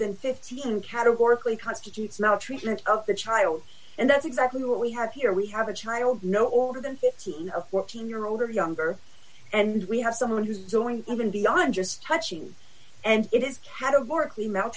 than fifteen categorically constitutes not treatment of the child and that's exactly what we have here we have a child no older than fifteen a fourteen year old or younger and we have someone who's doing even beyond just touching and it is